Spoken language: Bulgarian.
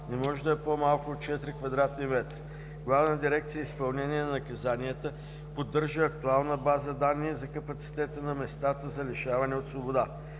не може да е по-малка от 4 кв. м. Главна дирекция „Изпълнение на наказанията“ поддържа актуална база данни за капацитета на местата за лишаване от свобода.“